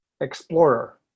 explorer